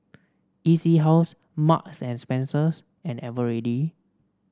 E C House Marks And Spencers and Eveready